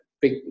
big